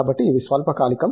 కాబట్టి ఇవి స్వల్పకాలికం